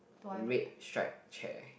red stripe chair